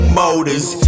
motors